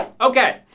Okay